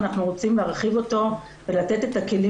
אנחנו רוצים להרחיב אותו ולתת את הכלים